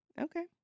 Okay